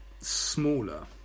smaller